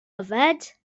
yfed